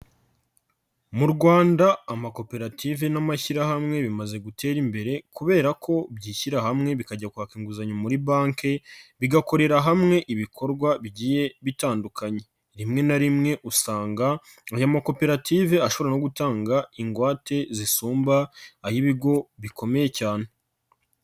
Mu Rwanda amakoperative n'amashyirahamwe bimaze gutera imbere kubera ko byishyira hamwe bikajya kwaka inguzanyo muri banki, bigakorera hamwe ibikorwa bigiye bitandukanye, rimwe na rimwe usanga ayo makoperative ashobora no gutanga ingwate zisumba ay'ibigo bikomeye cyane.